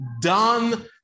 done